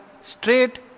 straight